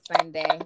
sunday